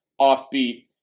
offbeat